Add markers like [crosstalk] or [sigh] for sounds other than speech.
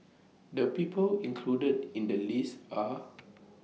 The People [noise] included in The list Are [noise]